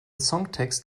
songtext